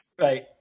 Right